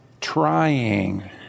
trying